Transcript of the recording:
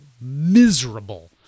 miserable